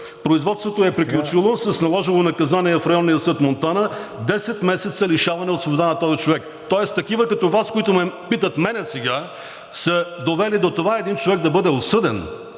Производството е приключило с наложено наказание в Районния съд – Монтана, 10 месеца лишаване от свобода на този човек. Тоест такива като Вас, които ме питат мен сега, са довели до това един човек да бъде осъден